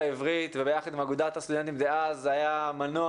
העברית וביחד עם אגודת הסטודנטים דאז הוביל והיה מנוע